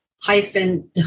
hyphen